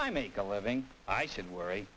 i make a living i should worry